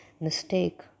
mistake